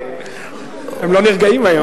הם לא נרגעים היום.